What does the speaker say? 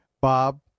Bob